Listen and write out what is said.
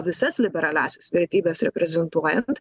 visas liberaliąsias vertybes reprezentuojant